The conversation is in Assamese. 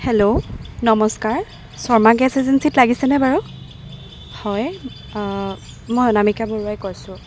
হেল্ল' নমষ্কাৰ শৰ্মা গেছ এজেঞ্চিত লাগিছেনে বাৰু হয় মই অনামিকা বৰুৱাই কৈছোঁ